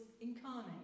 incarnate